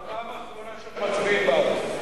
זו פעם אחרונה שאנחנו מצביעים בעדו.